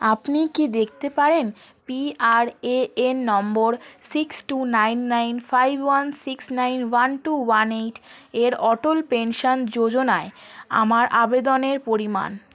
আপনি কি দেখতে পারেন PRAN number six two nine nine five one six nine one two one eight এর অটল পেনশন যোজনায় আমার আবেদনের পরিমাণ